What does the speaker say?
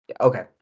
Okay